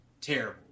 Terrible